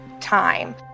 time